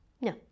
no